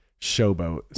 showboat